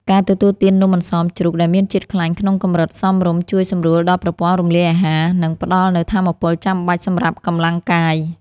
ការទទួលទាននំអន្សមជ្រូកដែលមានជាតិខ្លាញ់ក្នុងកម្រិតសមរម្យជួយសម្រួលដល់ប្រព័ន្ធរំលាយអាហារ និង ផ្ដល់នូវថាមពលចាំបាច់សម្រាប់កម្លាំងកាយ។